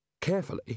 Carefully